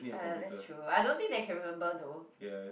uh that's true I don't think they can remember though